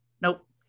Nope